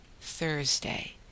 Thursday